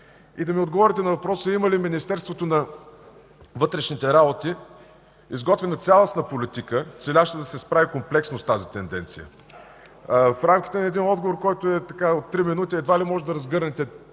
И да ми отговорите на въпроса: има ли Министерството на вътрешните работи изготвена цялостна политика, целяща да се справи комплексно с тази тенденция? В рамките на един отговор, който е от три минути, едва ли можете да разгърнете,